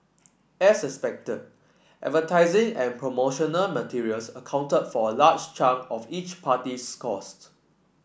as expected and promotional materials accounted for a large chunk of each party's costs